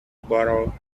borrow